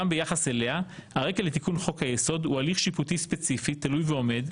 גם ביחס אליה הרקע לתיקון חוק היסוד הוא הליך שיפוטי ספציפי תלוי ועומד,